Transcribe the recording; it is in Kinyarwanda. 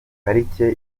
parike